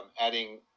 adding